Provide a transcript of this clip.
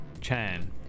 Chan